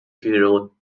hero